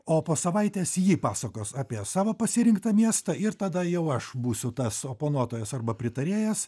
o po savaitės ji pasakos apie savo pasirinktą miestą ir tada jau aš būsiu tas oponuotojas arba pritarėjas